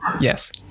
Yes